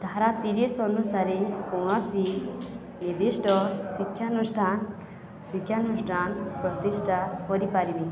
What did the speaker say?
ଧାରା ତିରିଶି ଅନୁସାରେ କୌଣସି ନିର୍ଦ୍ଧିଷ୍ଟ ଶିକ୍ଷାନୁଷ୍ଠାନ ଶିକ୍ଷାନୁଷ୍ଠାନ ପ୍ରତିଷ୍ଠା କରିପାରିବେ